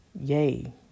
Yay